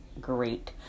Great